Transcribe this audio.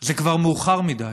זה כבר מאוחר מדי.